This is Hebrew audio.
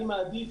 אני מעדיף